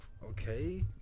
Okay